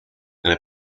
and